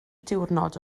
diwrnod